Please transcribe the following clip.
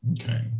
okay